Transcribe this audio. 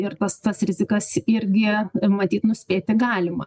ir pas tas rizikas irgi matyt nuspėti galima